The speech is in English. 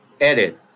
Edit